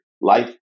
life